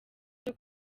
cyo